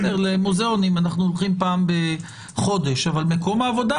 למוזיאונים אנחנו הולכים פעם בחודש אבל מקום העבודה,